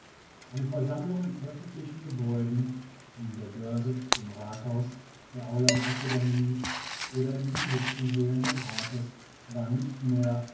eine versammlung in öffentlichen gebäuden wie in der börse dem rathhause der aula der akademie oder in den sitzungssälen des rathes war nicht mehr